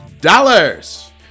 dollars